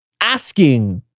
asking